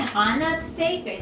on that steak?